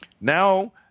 now